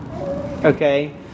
Okay